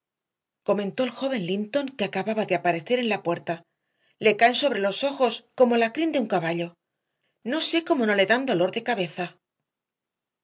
comentó el joven linton que acababa de aparecer en la puerta le caen sobre los ojos como la crin de un caballo no sé cómo no le dan dolor de cabeza